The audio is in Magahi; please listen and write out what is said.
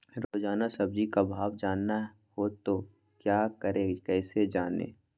रोजाना सब्जी का भाव जानना हो तो क्या करें कैसे जाने?